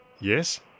Yes